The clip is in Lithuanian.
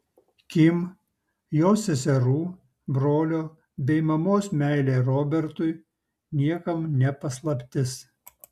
kim jos seserų brolio bei mamos meilė robertui niekam ne paslaptis